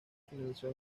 finalizó